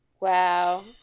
wow